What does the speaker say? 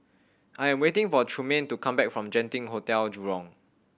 I am waiting for Trumaine to come back from Genting Hotel Jurong